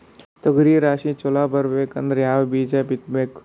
ತೊಗರಿ ರಾಶಿ ಚಲೋ ಬರಬೇಕಂದ್ರ ಯಾವ ಬೀಜ ಬಿತ್ತಬೇಕು?